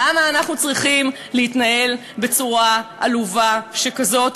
למה אנחנו צריכים להתנהל בצורה עלובה שכזאת,